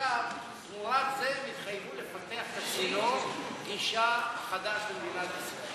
תמורת זה הם התחייבו לפתח צינור גישה חדש למדינת ישראל.